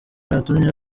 yatumye